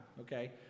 okay